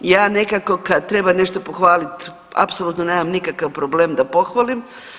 Ja nekako kad treba nešto pohvalit apsolutno nemam nikakav problem da pohvalim.